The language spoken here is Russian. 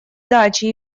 дачи